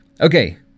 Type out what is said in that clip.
Okay